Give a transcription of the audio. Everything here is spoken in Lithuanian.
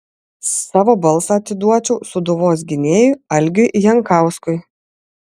savo balsą atiduočiau sūduvos gynėjui algiui jankauskui